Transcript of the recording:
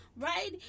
right